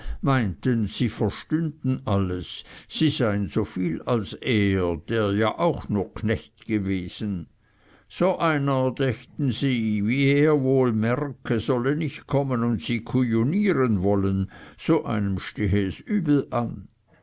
meinten sie verstünden alles sie seien so viel als er der ja auch nur knecht gewesen so einer dächten sie wie er wohl merke solle nicht kommen und sie kujonieren wollen so einem stehe es übel an